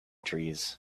trees